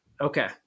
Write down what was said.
okay